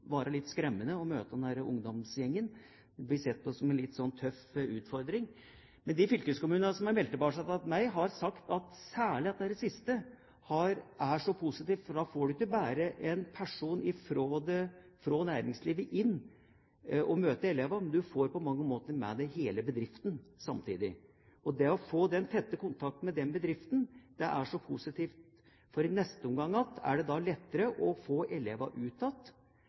sett på som en litt tøff utfordring. Men de fylkeskommunene som har meldt tilbake til meg, har sagt at særlig det siste er så positivt. Da får du ikke bare en person fra næringslivet inn for å møte elevene, du får på mange måter med deg hele bedriften samtidig. Og det å få den tette kontakten med den bedriften er så positivt. I neste omgang er det da lettere å få